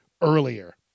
earlier